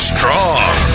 Strong